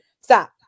Stop